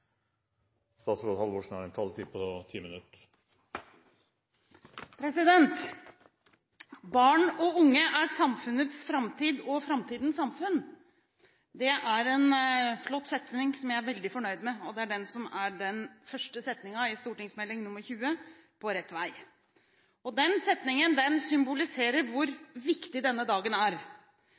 en flott setning som jeg er veldig fornøyd med, og det er det som er den første setningen i Meld. St. 20, På rett vei. Den setningen symboliserer hvor viktig denne dagen er,